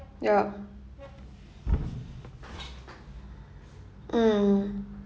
ya mm